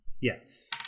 Yes